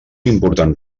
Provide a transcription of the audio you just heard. important